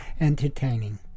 entertaining